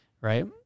right